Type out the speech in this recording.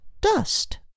dust